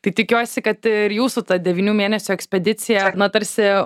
tai tikiuosi kad ir jūsų ta devynių mėnesių ekspedicija na tarsi